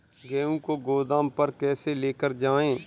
गेहूँ को गोदाम पर कैसे लेकर जाएँ?